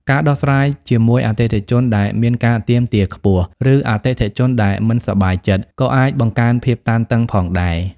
ការដោះស្រាយជាមួយអតិថិជនដែលមានការទាមទារខ្ពស់ ឬអតិថិជនដែលមិនសប្បាយចិត្ត ក៏អាចបង្កើនភាពតានតឹងផងដែរ។